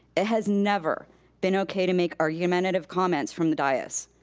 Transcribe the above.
it has never been okay to make argumentative comments from the dais.